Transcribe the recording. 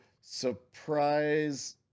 Surprise